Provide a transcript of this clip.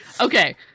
okay